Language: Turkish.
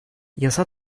yasa